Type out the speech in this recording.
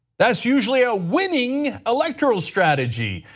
that's usually a winning electoral strategy.